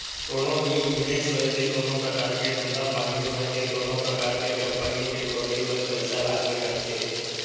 कोनो भी बिजनेस होय ते कोनो परकार के धंधा पानी होय ते कोनो परकार के कंपनी के खोलई होय पइसा लागबे करथे